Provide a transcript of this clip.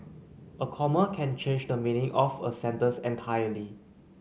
a comma can change the meaning of a sentence entirely